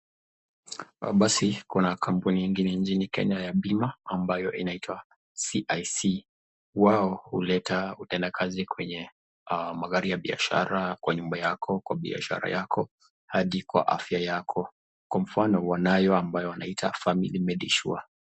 Basi kuna kampuni ingine nchini kenya ya bima inayoitwa CIC.Wao huleta utendakazi kwenye magari ya biashara kwa nyumba yako kwa biashara yako hadi kwa afya yako, kwa mfano wanayo ambayo wanaita Family Medisure.